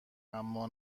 اما